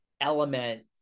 element